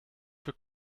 für